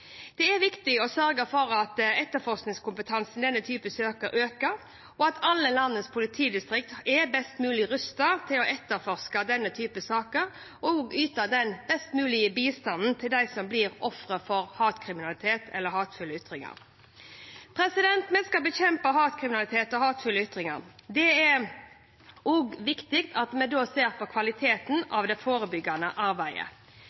Det er viktig å sørge for at etterforskningskompetansen i denne typen saker øker, og at alle landets politidistrikt er best mulig rustet til å etterforske sakene og yte den best mulige bistanden til dem som blir ofre for hatkriminalitet eller hatefulle ytringer. Vi skal bekjempe hatkriminalitet og hatefulle ytringer. Da er det også viktig at vi ser på kvaliteten på det forebyggende arbeidet. Dette er ikke en oppgave bare for politiet. Det forebyggende arbeidet